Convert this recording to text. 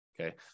okay